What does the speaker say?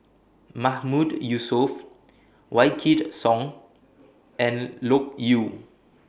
Mahmood Yusof Wykidd Song and Loke Yew